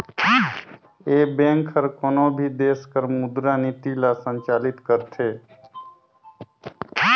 ए bank हर कोनो भी देस कर मुद्रा नीति ल संचालित करथे